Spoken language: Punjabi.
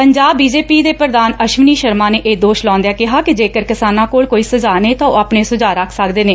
ਪੰਜਾਬ ਬੀ ਜੇ ਪੀ ਦੇ ਪ੍ਰਧਾਨ ਅਸ਼ਵਨੀ ਸ਼ਰਮਾ ਨੇ ਇਹ ਦੋਸ਼ ਲਾਉਂਦਿਆ ਕਿਹਾ ਕਿ ਜੇਕਰ ਕਿਸਾਨਾਂ ਕੋਲ ਕੋਈ ਸੁਝਾਅ ਨੇ ਤਾਂ ਉਹ ਆਪਣੇ ਸੁਝਾਅ ਰੱਖ ਸਕਦੇ ਨੇ